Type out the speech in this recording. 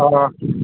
ꯑꯥ